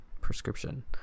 prescription